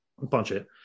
budget